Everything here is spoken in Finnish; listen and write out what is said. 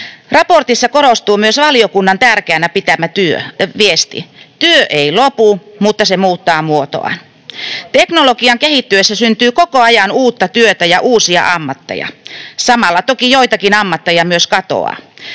Raportissa korostuu myös valiokunnan tärkeänä pitämä viesti: työ ei lopu, mutta se muuttaa muotoaan. Teknologian kehittyessä syntyy koko ajan uutta työtä ja uusia ammatteja. Samalla toki joitakin ammatteja myös katoaa.